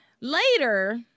later